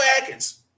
Atkins